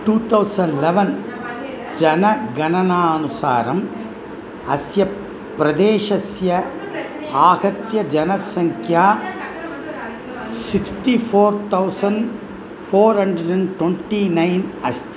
two thousand eleven जनगणनानुसारम् अस्य प्रदेशस्य आहत्य जनसङ्ख्या sixty four thousand four hundred and twenty nine अस्ति